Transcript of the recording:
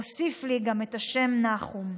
הוסיף לי גם את השם נחום.